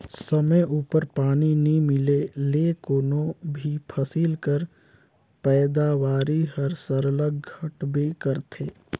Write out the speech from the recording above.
समे उपर पानी नी मिले ले कोनो भी फसिल कर पएदावारी हर सरलग घटबे करथे